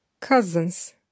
Cousins